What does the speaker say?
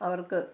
അവര്ക്ക്